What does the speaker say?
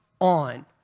on